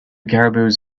caribous